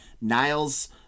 Niles